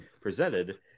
presented